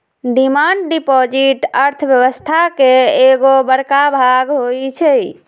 demand deposit अर्थव्यवस्था के एगो बड़का भाग होई छै